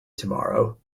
tomorrow